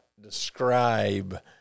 describe